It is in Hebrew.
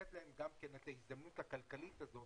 לתת להם גם את ההזדמנות הכלכלית הזאת,